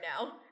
now